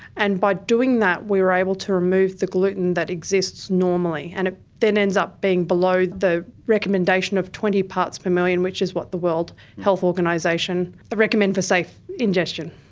and by doing that we were able to remove the gluten that exists normally. and it then ends up being below the recommendation of twenty parts per million which is what the world health organisation recommends for safe ingestion.